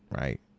right